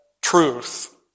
truth